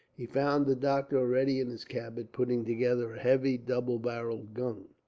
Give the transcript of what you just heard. he found the doctor already in his cabin, putting together a heavy double-barrelled gun.